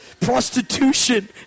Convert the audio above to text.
Prostitution